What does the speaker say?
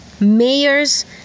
mayors